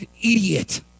Idiot